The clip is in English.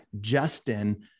Justin